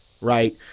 right